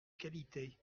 qualité